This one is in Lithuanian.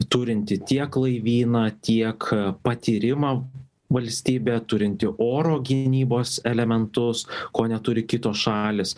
turinti tiek laivyną tiek patyrimą valstybė turinti oro gynybos elementus ko neturi kitos šalys